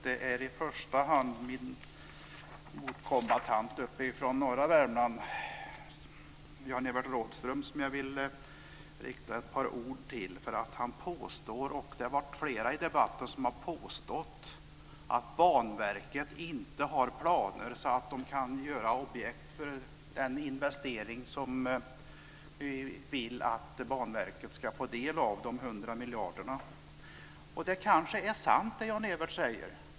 Det är i första hand kombattanten från norra Värmland Jan-Evert Rådhström som jag vill rikta ett par ord till. Han påstår - det har varit flera i debatten som har påstått - att Banverket inte har planer för hur man ska använda de pengar som vi vill att man ska få del av - Det Jan-Evert säger är kanske sant. Men tänk efter.